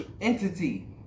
Entity